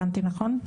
הבנתי נכון ?